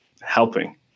helping